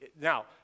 now